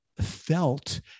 felt